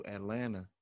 Atlanta